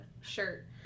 shirt